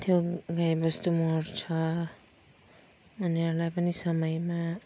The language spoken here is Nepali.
त्यो गाई बस्तु मर्छ उनीहरूलाई पनि समयमा